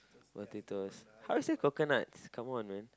potatoes how is that coconuts come on man